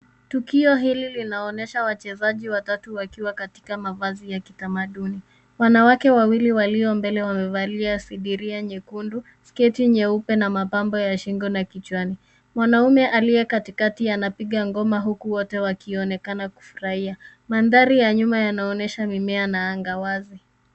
Tukio hili linaonyesha wachezaji watatu wakiwa katika mavazi ya kitamaduni. Wanawake wawili walio mbele wamevalia sindilia nyekundu, sketi nyeupe na mapambo ya shingo na kichwani. Mwanaume aliyekatikati anapiga ngoma huku wote wakionekana kufurahia. Mandhari ya nyuma yanaonyesha mimea na anga wazi.